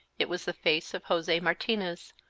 it was the face of jose martinez,